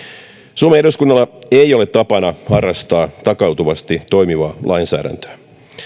suomen eduskunnalla ei ole tapana harrastaa takautuvasti toimivaa lainsäädäntöä